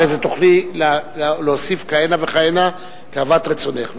אחרי זה תוכלי להוסיף כהנה וכהנה כאוות רצונך.